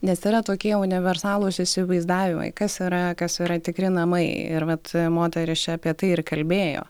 nes yra tokie universalūs įsivaizdavimai kas yra kas yra tikri namai ir vat moteris čia apie tai ir kalbėjo